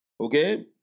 Okay